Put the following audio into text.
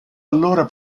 allora